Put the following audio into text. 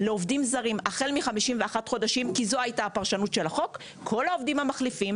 לעובדים זרים החל מ-51 חודשים כל העובדים המחליפים,